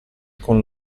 con